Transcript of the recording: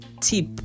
tip